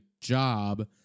job